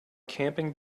camping